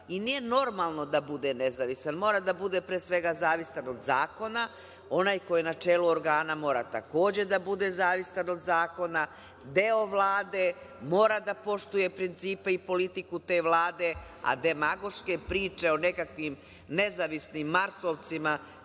i nije normalno da bude nezavistan, mora da bude pre svega zavistan od zakona. Onaj ko je na čelu organa mora takođe da bude zavistan od zakona, deo Vlade, mora da poštuje principe i politiku te Vlade, a demagoške priče o nekakvim nezavisnim marsovcima,